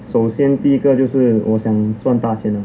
首先第一个就是我想赚大钱